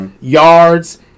yards